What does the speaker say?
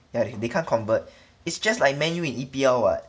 yeah they can't convert it's just like man U in E_P_L [what]